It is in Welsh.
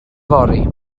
yfory